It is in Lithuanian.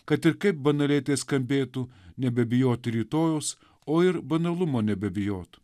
kad ir kaip banaliai tai skambėtų nebebijoti rytojaus o ir banalumo nebebijotų